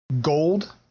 gold